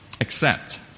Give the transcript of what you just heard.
Accept